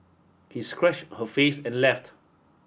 he scratched her face and left